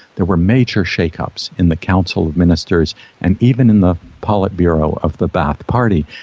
there were major shakeups in the council of ministers and even in the politburo of the ba'ath party.